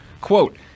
quote